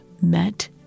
met